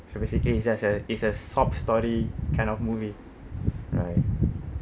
so basically it's just a it's a sob story kind of movie right